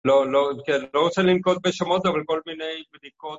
לא, לא, לא רוצה לנקוט בשמות, אבל כל מיני בדיקות